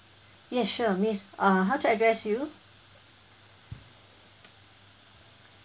yes sure miss uh how to address you